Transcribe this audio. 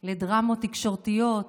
לדרמות תקשורתיות,